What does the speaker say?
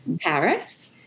Paris